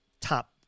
top